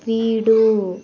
வீடு